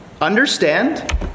understand